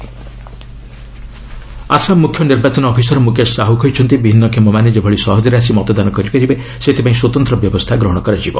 Assam CEO Assam ମୁଖ୍ୟ ନିର୍ବାଚନ officer Mukesh Sahu କହିଛନ୍ତି ଭିନ୍ନକ୍ଷମମାନେ ଯେଭଳି ସହଜରେ ଆସି ମତଦାନ କରିପାରିବେ ସେଥିପାଇଁ ସ୍ୱତନ୍ତ୍ର ବ୍ୟବସ୍ଥା ଗ୍ରହଣ କରାଯିବ